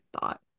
thought